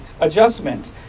adjustment